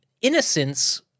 innocence